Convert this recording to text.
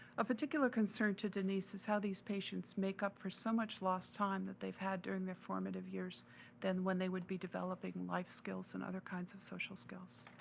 a particular concern to denise is how these patients make up for so much lost time that they've had during their formative years than when they would be developing life skills and other kinds of social skills.